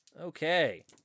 Okay